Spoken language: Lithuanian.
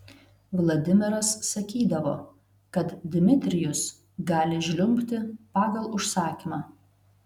vladimiras sakydavo kad dmitrijus gali žliumbti pagal užsakymą